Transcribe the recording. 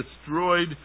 destroyed